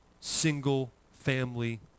single-family